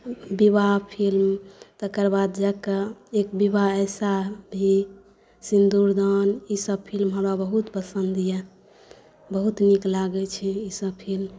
विवाह फिल्म तकर बाद जाके एक विवाह ऐसा भी सिन्दूरदान ईसभ फिल्म हमरा बहुत पसन्द यऽ बहुत नीक लागैत छै ईसभ फिल्म